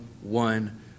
one